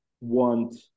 want